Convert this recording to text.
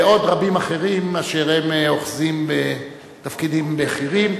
ועוד רבים אחרים אשר אוחזים בתפקידים בכירים.